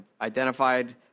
identified